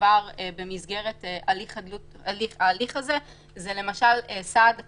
עבר במסגרת ההליך הזה היא למשל סעד עצמי,